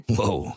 Whoa